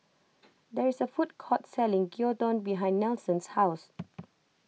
there is a food court selling Gyudon behind Nelson's house